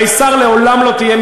הרי שר לעולם לא תהיה,